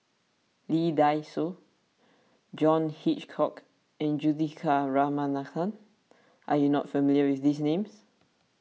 Lee Dai Soh John Hitchcock and Juthika Ramanathan are you not familiar with these names